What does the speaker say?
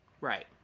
right